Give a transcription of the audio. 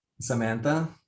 Samantha